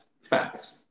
facts